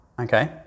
okay